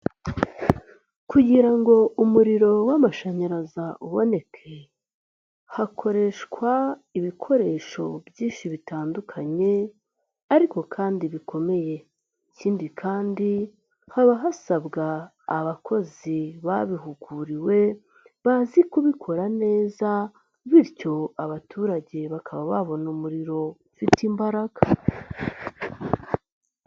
Kugira ngo umuriro w'amashanyaraza uboneke, hakoreshwa ibikoresho byinshi bitandukanye ariko kandi bikomeye. Ikindi kandi haba hasabwa abakozi babihuguriwe, bazi kubikora neza bityo abaturage bakaba babona umuriro ufite imbaraga.